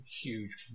huge